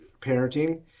parenting